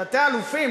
תתי-אלופים,